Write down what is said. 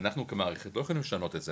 אנחנו כמערכת לא יכולים לשנות את זה.